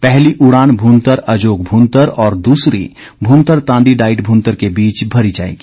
पहली उड़ान भुंतर अजोग भुंतर और दूसरी भुंतर तांदी डाईट भुंतर के बीच भरी जाएगी